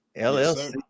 LLC